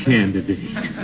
Candidate